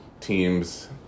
teams